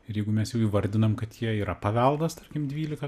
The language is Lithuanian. ir jeigu mes jau įvardinam kad jie yra paveldas tarkim dvylika